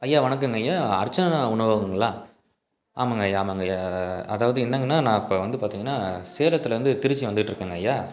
ஐயா வணக்கங்கய்யா அர்ச்சனா உணவகங்களா ஆமாங்கய்யா ஆமாங்கய்யா அதாவது என்னங்கன்னா நான் இப்போ வந்து பார்த்திங்கனா சேலத்துலருந்து திருச்சி வந்துக்கிட்டு இருக்கேங்கய்யா